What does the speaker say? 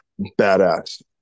badass